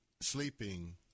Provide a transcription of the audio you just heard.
sleeping